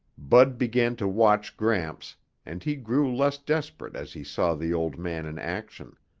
bud began to watch gramps and he grew less desperate as he saw the old man in action.